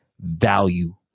value